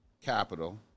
capital